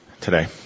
today